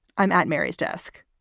i'm at mary's desk.